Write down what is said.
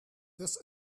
this